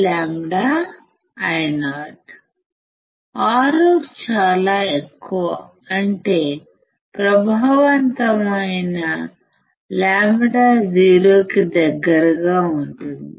ROUT1λIo ROUT చాలా ఎక్కువ అంటే ప్రభావవంతమైన λ 0 కి దగ్గరగా ఉంటుంది